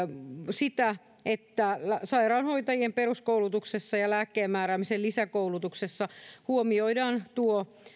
sitä että sairaanhoitajien peruskoulutuksessa ja lääkkeenmääräämisen lisäkoulutuksessa huomioidaan